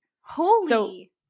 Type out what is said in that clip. Holy